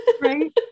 right